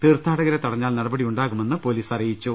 തീർത്ഥാടകരെ തടഞ്ഞാൽ നടപടിയുണ്ടാകുമെന്ന് പൊലീസ് അറിയിച്ചു